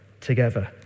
together